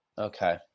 Okay